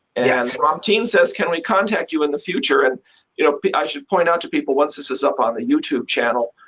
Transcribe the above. and ramtin says, can we contact you in the future? and you know, i should point out to people, once this is on the youtube channel,